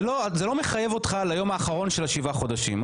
זה לא מחייב אותך ליום האחרון של שבעה החודשים,